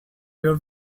your